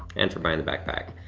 and for buying the backpack.